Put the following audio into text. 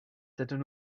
dydyn